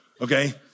okay